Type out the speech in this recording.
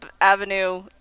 Avenue